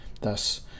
thus